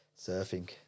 Surfing